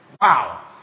Wow